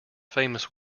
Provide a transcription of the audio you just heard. famous